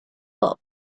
pop